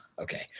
Okay